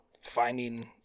finding